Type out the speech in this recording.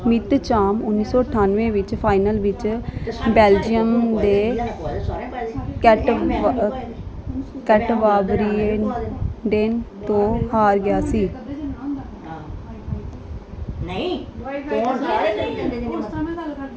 ਮਿੱਤਚਾਮ ਉੱਨੀ ਸੌ ਅਠਾਨਵੇਂ ਵਿੱਚ ਫਾਈਨਲ ਵਿੱਚ ਬੈਲਜੀਅਮ ਦੇ ਕੈਟਬਾ ਕੈਟਬਾਵਰਿਏਨਡੇਨ ਤੋਂ ਹਾਰ ਗਿਆ ਸੀ